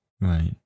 right